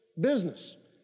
business